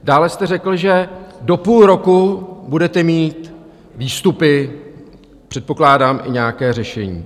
Dále jste řekl, že do půl roku budete mít výstupy, předpokládám, i nějaké řešení.